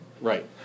right